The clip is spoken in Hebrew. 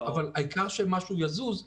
אבל העיקר שמשהו יזוז.